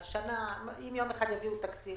אם יום אחד יביאו תקציב